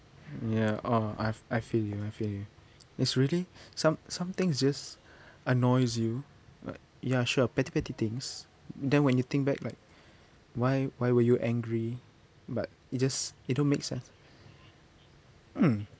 ya orh I I feel you I feel you it's really some~ some things just annoys you like ya sure petty petty things then when you think back like why why were you angry but it just it don't make sense mm